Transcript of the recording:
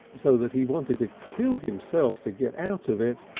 so that he wanted to kill himself to get out of it,